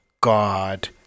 God